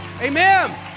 Amen